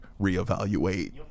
reevaluate